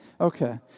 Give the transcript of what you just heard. Okay